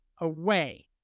away